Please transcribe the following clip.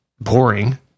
boring